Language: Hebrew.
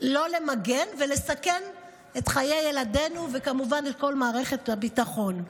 לא נמגן ונסכן את חיי ילדינו ואת כל מערכת הביטחון.